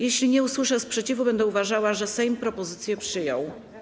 Jeśli nie usłyszę sprzeciwu, będę uważała, że Sejm propozycję przyjął.